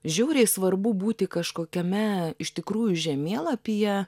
žiauriai svarbu būti kažkokiame iš tikrųjų žemėlapyje